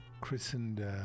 christened